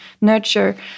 nurture